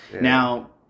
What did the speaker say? Now